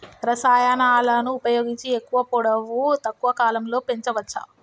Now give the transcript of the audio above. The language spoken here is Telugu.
రసాయనాలను ఉపయోగించి ఎక్కువ పొడవు తక్కువ కాలంలో పెంచవచ్చా?